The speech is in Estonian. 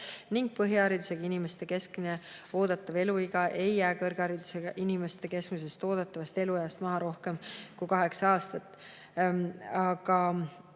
ning põhiharidusega inimeste keskmine oodatav eluiga ei jää kõrgharidusega inimeste keskmisest oodatavast elueast maha rohkem kui kaheksa aastat.